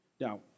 Now